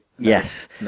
Yes